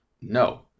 No